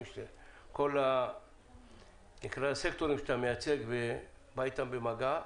כל הסקטורים שאתה מייצג ובא איתם במגע.